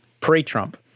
pre-Trump